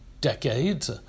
decades